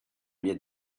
llet